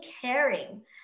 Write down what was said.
caring